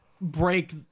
break